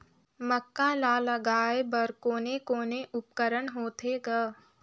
मक्का ला लगाय बर कोने कोने उपकरण होथे ग?